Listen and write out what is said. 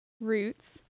roots